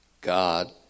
God